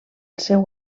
seu